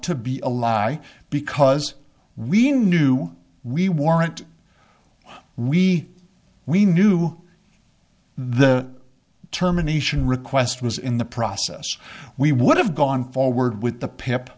to be a lie because we knew we warrant we we knew the terminations request was in the process we would have gone forward with the